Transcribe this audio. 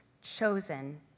chosen